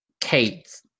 Kate